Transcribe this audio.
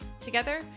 Together